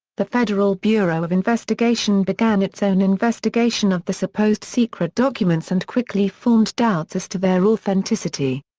the federal bureau of investigation began its own investigation of the supposed secret documents and quickly formed doubts as to their authenticity.